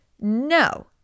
No